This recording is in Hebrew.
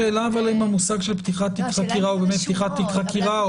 אבל השאלה האם המושג של פתיחת תיק החקירה הוא באמת פתיחת תיק חקירה,